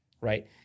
Right